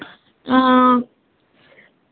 हां